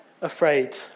afraid